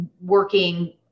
working